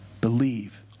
Believe